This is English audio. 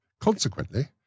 Consequently